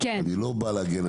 אני לא בא להגן,